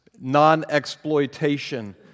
non-exploitation